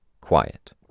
Quiet